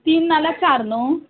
तीन नाल्यार चार न्हू